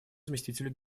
заместителю